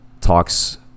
talks